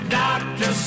doctor